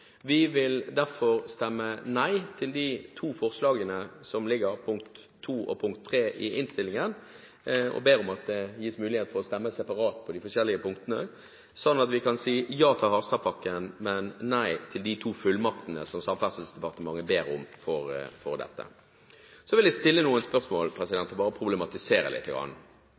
Vi vil derfor stemme nei til de to forslagene som ligger som punkt 2 og punkt 3 i innstillingen, og ber om at det gis mulighet til å stemme separat i de forskjellige punktene, slik at vi kan si ja til Harstadpakken, men nei til de to fullmaktene som Samferdselsdepartementet ber om for dette. Så vil jeg stille noen spørsmål og bare problematisere